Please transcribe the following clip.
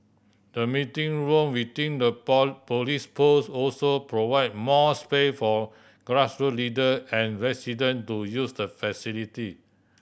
the meeting room within the police post also provide more space for grassroots leader and resident to use the facility